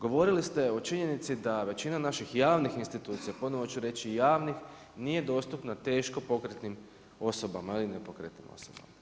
Govorili ste o činjenici da većina naših javnih institucija, ponovno ću reći javno, nije dostupna teško pokretnim osobama ili nepokretnim osobama.